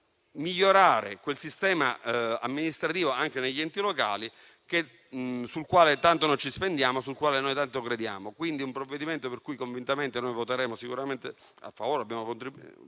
di migliorare quel sistema amministrativo, anche negli enti locali, sul quale tanto noi ci spendiamo e al quale noi tanto crediamo. Quindi, un provvedimento su cui convintamente noi voteremo a favore. È un provvedimento